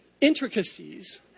Intricacies